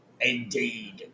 Indeed